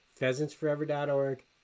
pheasantsforever.org